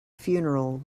funeral